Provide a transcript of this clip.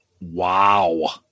Wow